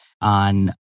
on